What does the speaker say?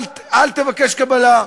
אל תבקש קבלה,